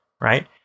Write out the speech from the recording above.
Right